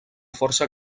força